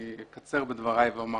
אני אקצר בדבריי ואומר